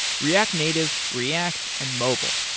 react native, react, and mobile.